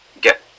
get